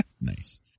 Nice